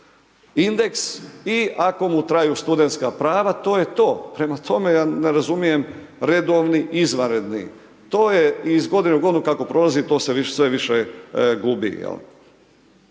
i ako mu traju studentska prava to je to. Prema tome, ja ne razumijem redovni izvanredni to je iz godine u godinu kako prolazi to se sve više gubi,